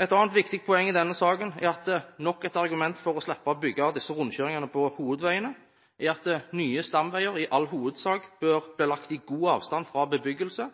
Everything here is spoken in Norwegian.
Et annet viktig poeng i denne saken og nok et argument for å slippe å bygge disse rundkjøringene på hovedveiene er at nye stamveier i all hovedsak bør bli lagt i god avstand fra bebyggelse